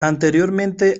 anteriormente